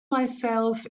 myself